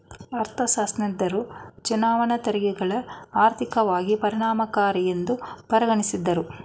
ಅರ್ಥಶಾಸ್ತ್ರಜ್ಞರು ಚುನಾವಣಾ ತೆರಿಗೆಗಳನ್ನ ಆರ್ಥಿಕವಾಗಿ ಪರಿಣಾಮಕಾರಿಯೆಂದು ಪರಿಗಣಿಸಿದ್ದ್ರು